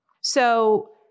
So-